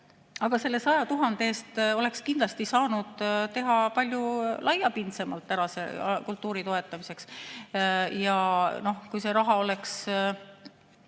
aga selle 100 000 eest oleks kindlasti saanud midagi palju laiapindsemalt ära teha kultuuri toetamiseks. Ja kui see raha oleks